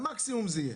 המקסימום זה יהיה,